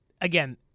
again